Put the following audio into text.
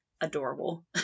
adorable